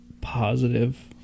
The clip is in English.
positive